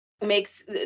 makes